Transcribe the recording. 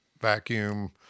vacuum